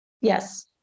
Yes